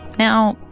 now,